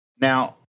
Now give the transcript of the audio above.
Now